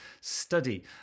study